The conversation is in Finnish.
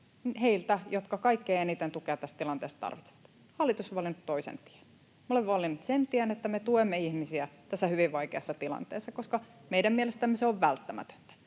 heiltä, jotka kaikkein eniten tukea tässä tilanteessa tarvitsevat. Hallitus on valinnut toisen tien. Me olemme valinneet sen tien, että me tuemme ihmisiä tässä hyvin vaikeassa tilanteessa, koska meidän mielestämme se on välttämätöntä.